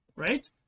right